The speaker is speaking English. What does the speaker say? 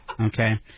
Okay